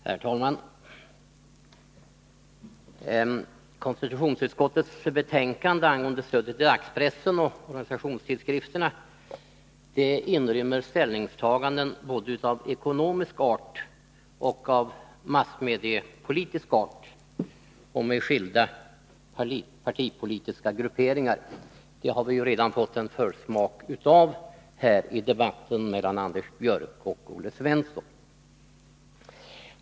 Herr talman! Konstitutionsutskottets betänkande angående stödet till dagspressen och organisationstidskrifterna inrymmer ställningstaganden av både ekonomisk och massmediepolitisk art, med skilda partipolitiska grupperingar. Vi har redan fått en försmak av det här i debatten mellan Anders Björck och Olle Svensson.